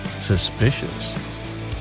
Suspicious